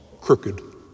crooked